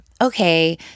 okay